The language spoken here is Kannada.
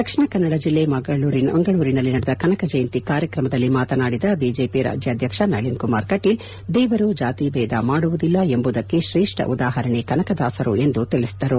ದಕ್ಷಿಣ ಕನ್ನಡ ಜಿಲ್ಲೆ ಮಂಗಳೂರಿನಲ್ಲಿ ನಡೆದ ಕನಕ ಜಯಂತಿ ಕಾರ್ಯಕ್ರಮದಲ್ಲಿ ಮಾತನಾಡಿದ ಬಿಜೆಪಿ ರಾಜ್ಯಾಧಕ್ಷ ನಳಿನ್ಕುಮಾರ್ ಕಟೀಲ್ ದೇವರು ಜಾತಿ ಬೇಧ ಮಾಡುವುದಿಲ್ಲ ಎಂಬುದಕ್ಕೆ ತ್ರೇಷ್ಠ ಉದಾಪರಣೆ ಕನಕದಾಸರು ಎಂದು ತಿಳಿಸಿದರು